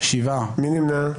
מי נמנע?